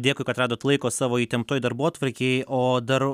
dėkui kad radot laiko savo įtemptoj darbotvarkėj o dar